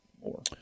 more